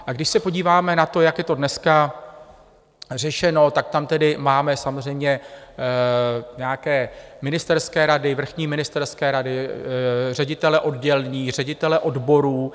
A když se podíváme na to, jak je to dneska řešeno, tak tam tedy máme samozřejmě nějaké ministerské rady, vrchní ministerské rady, ředitele oddělení, ředitele odborů.